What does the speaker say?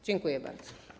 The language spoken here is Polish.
Dziękuję bardzo.